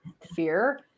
fear